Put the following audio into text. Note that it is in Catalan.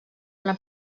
una